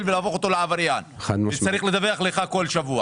ולהפוך אותו לעבריין וצריך לדווח לך כל שבוע.